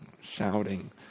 shouting